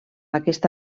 aquesta